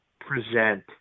present